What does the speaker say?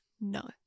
No